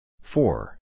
Four